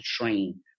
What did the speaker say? train